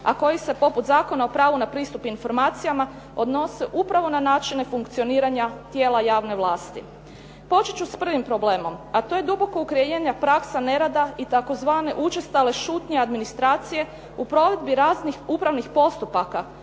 a koji se poput Zakona o pravu na pristup informacijama odnose upravo na načine funkcioniranja tijela javne vlasti. Počet ću s prvim problemom, a to je duboko ukreirana praksa nerada i tzv. učestale šutnje administracije u provedbi raznih upravnih postupaka